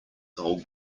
old